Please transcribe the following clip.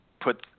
put